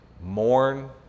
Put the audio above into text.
mourn